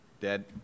Dead